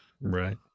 right